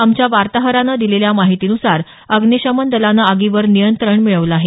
आमच्या वार्ताहरानं दिलेल्या माहितीनुसार अग्निशमन दलानं आगीवर नियंत्रण मिळवलं आहे